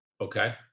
Okay